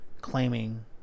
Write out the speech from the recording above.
...claiming